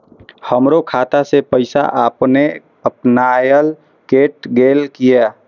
हमरो खाता से पैसा अपने अपनायल केट गेल किया?